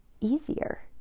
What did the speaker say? easier